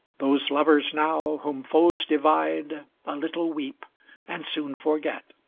those lovers now, whom foes divide a little weep and soon forget.